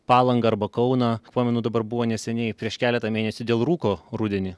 palangą arba kauną pamenu dabar buvo neseniai prieš keletą mėnesių dėl rūko rudenį